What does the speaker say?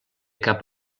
cap